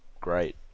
great